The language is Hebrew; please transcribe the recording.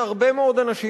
שהרבה מאוד אנשים,